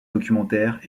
documentaires